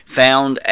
found